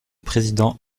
président